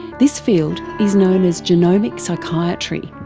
this field is known as genomic psychiatry,